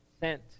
sent